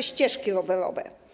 ścieżki rowerowe.